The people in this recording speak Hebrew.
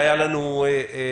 שהיה לנו כאן.